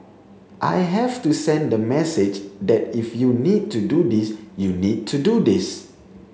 I have to send the message that if you need to do this you need to do this